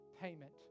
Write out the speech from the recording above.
payment